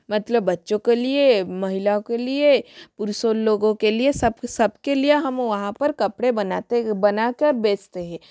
मतलब बच्चों के लिए महिलाओं के लिए पुरुषों लोगों के लिए सब सबके लिए हम वहाँ पर कपड़े बनाते हैं बनाकर बेचते है